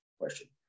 Question